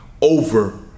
over